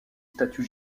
statue